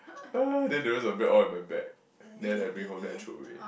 uh then the rest of bread all in my bag then I bring home then I throw away